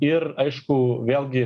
ir aišku vėlgi